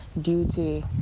duty